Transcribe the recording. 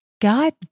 God